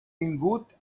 vingut